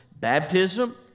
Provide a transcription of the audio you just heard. baptism